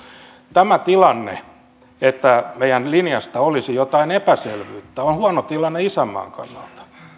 tämä tilanne että meidän linjastamme olisi jotain epäselvyyttä on huono tilanne isänmaan kannalta